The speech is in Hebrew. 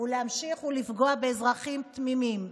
ולהמשיך ולפגוע באזרחים תמימים.